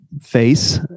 face